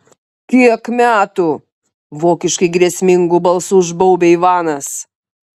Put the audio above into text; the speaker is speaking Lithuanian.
kiek metų vokiškai grėsmingu balsu užbaubia ivanas